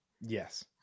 Yes